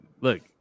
look